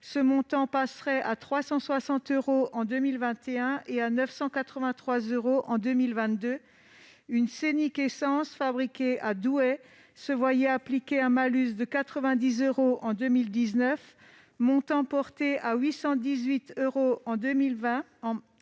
Ce montant passerait à 360 euros en 2021 et à 983 euros en 2022. Une Scénic à essence, fabriquée à Douai, se voyait appliquer un malus de 90 euros en 2019, montant qui a été porté à 818 euros en 2020